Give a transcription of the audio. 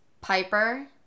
Piper